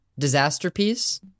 Disasterpiece